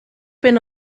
been